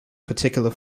particular